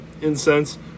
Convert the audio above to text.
incense